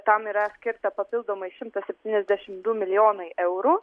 tam yra skirta papildomai šimtas septyniasdešim du milijonai eurų